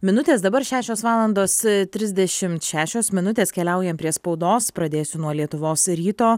minutės dabar šešios valandos trisdešimt šešios minutės keliaujam prie spaudos pradėsiu nuo lietuvos ryto